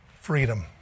freedom